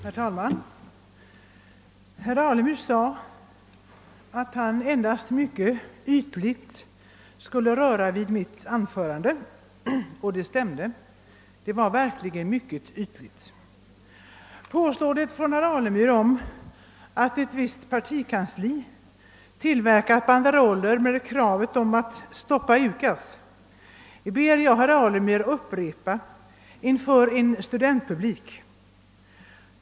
Herr talman! Herr Alemyr sade att han endast mycket ytligt skulle röra vid mitt anförande, och det stämde — det var verkligen mycket ytligt. Herr Alemyrs påstående, att ett visst partikansli tillverkat banderoller med kravet »Stoppa UKAS», ber jag herr Alemyr upprepa inför en studentpublik.